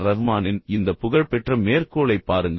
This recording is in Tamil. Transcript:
ரஹ்மானின் இந்த புகழ்பெற்ற மேற்கோளைப் பாருங்கள்